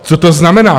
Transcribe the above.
Co to znamená?